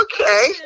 okay